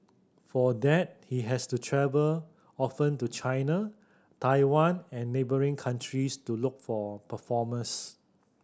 for that he has to travel often to China Taiwan and neighbouring countries to look for performers